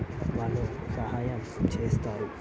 వాళ్ళు సహాయం చేస్తారు